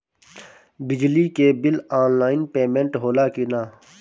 बिजली के bill online payment होला कि ना?